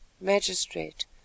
Magistrate